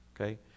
okay